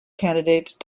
candidate